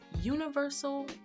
universal